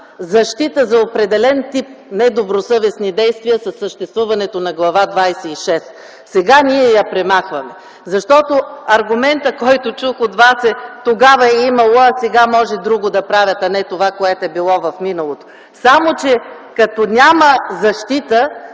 защита за определен тип недобросъвестни действия. Сега ние я премахваме. Аргументът, който чух от Вас е, че тогава е имало, а сега може друго да правят, а не това, което е било в миналото. Само че като няма защита,